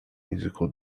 musical